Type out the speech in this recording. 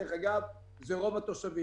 דרך אגב, זה רוב התושבים.